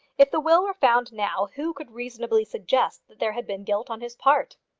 if the will were found now, who could reasonably suggest that there had been guilt on his part?